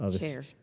Chair